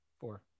Four